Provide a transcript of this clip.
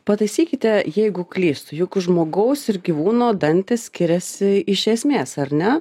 pataisykite jeigu klystu juk žmogaus ir gyvūno dantys skiriasi iš esmės ar ne